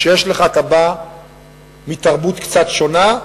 כשאתה בא מתרבות קצת שונה,